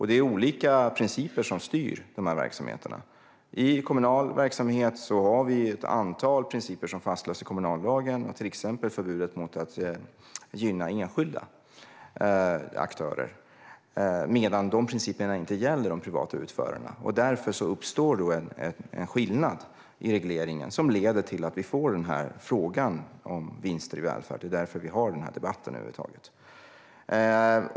Det är olika principer som styr dessa verksamheter. I kommunal verksamhet finns det ett antal principer som fastställs i kommunallagen. Det gäller till exempel förbudet mot att gynna enskilda aktörer, men de principerna gäller inte de privata utförarna. Därför uppstår det en skillnad i regleringen som gör att frågan om vinster i välfärden blir aktuell. Det är också därför som vi har den här debatten över huvud taget.